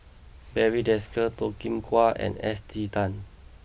Barry Desker Toh Kim Hwa and Esther Tan